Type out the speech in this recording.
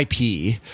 IP